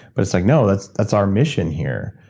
but it's like, no that's that's our mission here.